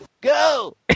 Go